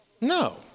No